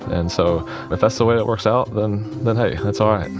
and so if that's the way it works out, then then, hey, that's all right